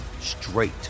straight